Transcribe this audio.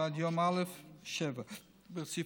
14:00 ועד יום א' ב-07:00 ברציפות.